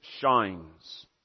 shines